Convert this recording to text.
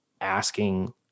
asking